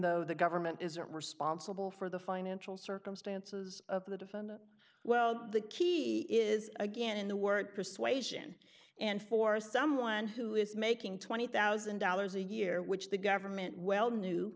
though the government isn't responsible for the financial circumstances of the defendant well the key is again in the word persuasion and for someone who is making twenty thousand dollars a year which the government well knew